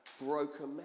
broken